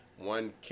one